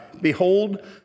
behold